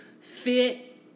fit